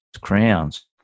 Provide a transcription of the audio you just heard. crowns